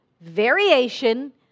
variation